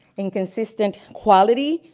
inconsistent quality,